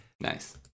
Nice